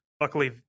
Luckily